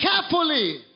carefully